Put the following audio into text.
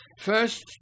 first